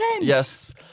Yes